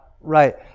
Right